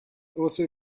also